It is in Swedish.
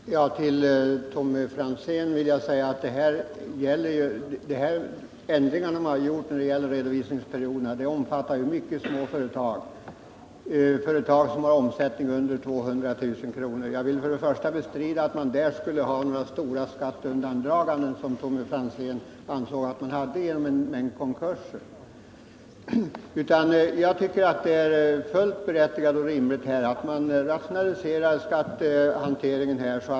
Herr talman! Till Tommy Franzén vill jag säga att ändringarna beträffande redovisningsperioderna gäller mycket små företag, sådana som har en årsomsättning under 200 000 kr. Jag vill bestrida att där skulle förekomma stora skatteundandraganden, som Tommy Franzén menade att det gjorde genom en mängd konkurser. Jag tycker att det är fullt berättigat och rimligt att man rationaliserar denna skattehantering.